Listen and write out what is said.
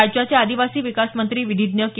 राज्याचे आदिवासी विकासमंत्री विधिज्ञ के